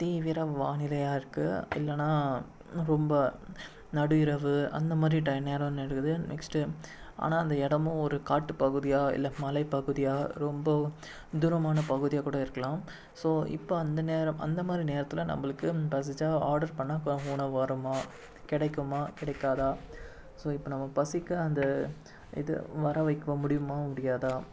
தீவிர வானிலையாக இருக்கு இல்லைனா ரொம்ப நடு இரவு அந்த மாதிரி டைம் நேரம் நெடுகுது நெக்ஸ்ட்டு ஆனால் அந்த இடமும் ஒரு காட்டு பகுதியாக இல்லை மலை பகுதியாக ரொம்பவும் தூரமான பகுதியாக கூட இருக்கலாம் ஸோ இப்போ அந்த நேரம் அந்த மாதிரி நேரத்தில் நம்மளுக்கு பசித்தா ஆடர் பண்ணால் உணவு வருமா கிடைக்குமா கிடைக்காதா ஸோ இப்போ நம்ம பசிக்கு அந்த இது வர வைக்க முடியுமா முடியாதா